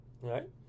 right